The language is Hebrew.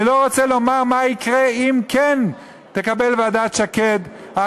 אני לא רוצה לומר מה יקרה אם ועדת שקד כן